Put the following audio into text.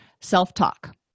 self-talk